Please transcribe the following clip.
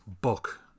book